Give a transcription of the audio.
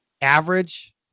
Average